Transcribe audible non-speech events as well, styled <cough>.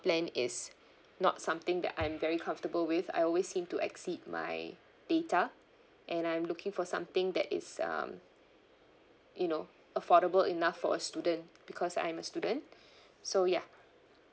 plan is not something that I'm very comfortable with I always seem to exceed my data and I'm looking for something that is um you know affordable enough for a student because I'm a student <breath> so ya